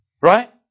Right